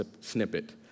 snippet